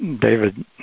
David